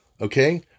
okay